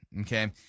okay